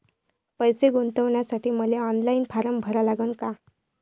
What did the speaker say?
पैसे गुंतवासाठी मले ऑनलाईन फारम भरा लागन का?